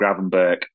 Gravenberg